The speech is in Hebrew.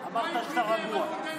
חמד, אמרת שאתה רגוע.